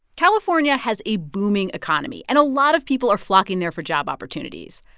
california has a booming economy, and a lot of people are flocking there for job opportunities.